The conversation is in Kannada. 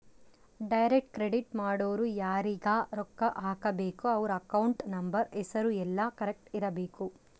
ಡೈರೆಕ್ಟ್ ಕ್ರೆಡಿಟ್ ಮಾಡೊರು ಯಾರೀಗ ರೊಕ್ಕ ಹಾಕಬೇಕು ಅವ್ರ ಅಕೌಂಟ್ ನಂಬರ್ ಹೆಸರು ಯೆಲ್ಲ ಕರೆಕ್ಟ್ ಇರಬೇಕು